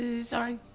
Sorry